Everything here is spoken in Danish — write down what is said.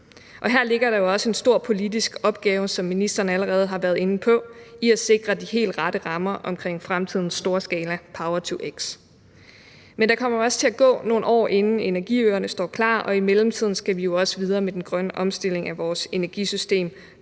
Her ligger der jo også en stor politisk opgave, hvad ministeren allerede har været inde på, i at sikre de helt rette rammer omkring fremtidens storskala power-to-x. Men der kommer også til at gå nogle år, inden energiøerne står klar, og i mellemtiden skal vi jo også videre med den grønne omstilling af vores energisystem